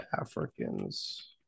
africans